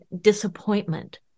disappointment